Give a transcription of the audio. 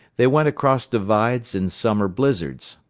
they went across divides in summer blizzards,